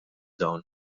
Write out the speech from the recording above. dawn